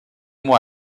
mois